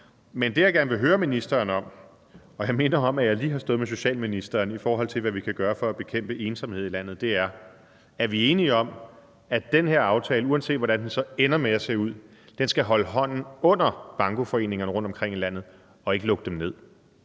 Men det, jeg gerne vil høre ministeren om – og jeg minder om, at jeg lige har stået med socialministeren og talt om, hvad vi kan gøre for at bekæmpe ensomhed i landet – er, om vi er enige om, at den her aftale, uanset hvordan den så ender med at se ud, skal holde hånden under bankoforeningerne rundtomkring i landet og ikke lukke dem ned.